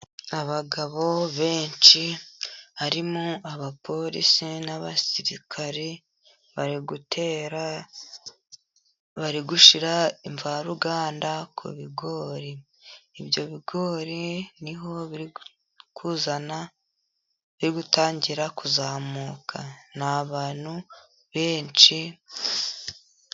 Abagabo benshi, harimo abapolisi n'abasirikare, bari gutera, bari gushyira imvaruganda ku bigori. Ibyo bigori niho biri kuzana, biri gutangira kuzamuka, ni abantu benshi.